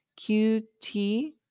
QT